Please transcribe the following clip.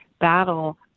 battle